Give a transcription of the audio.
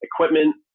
equipment